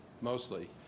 mostly